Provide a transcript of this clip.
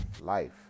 life